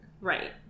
Right